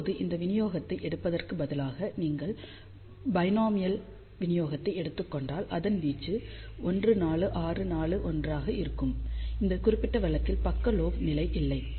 இப்போது இந்த விநியோகத்தை எடுப்பதற்கு பதிலாக நீங்கள் பைனாமியல் விநியோகத்தை எடுத்துக் கொண்டால் அதன் வீச்சு 1 4 6 4 1 ஆக இருக்கும் இந்த குறிப்பிட்ட வழக்கில் பக்க லோப் நிலை இல்லை